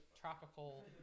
tropical –